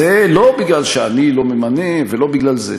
זה לא מפני שאני לא ממנה, לא בגלל זה.